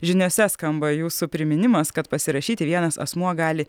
žiniose skamba jūsų priminimas kad pasirašyti vienas asmuo gali